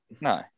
no